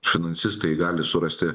finansistai gali surasti